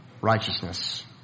righteousness